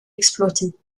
exploiter